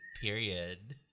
period